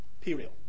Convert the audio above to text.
period